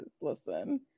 listen